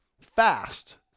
fast